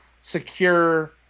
secure